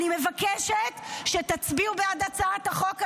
אני מבקשת שתצביעו בעד הצעת החוק הזו,